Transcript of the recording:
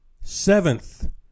Seventh